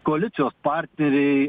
koalicijos partneriai